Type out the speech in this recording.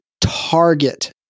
target